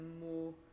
more